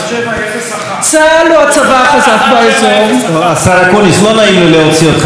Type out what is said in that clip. צה"ל הוא הצבא החזק באזור, 1701,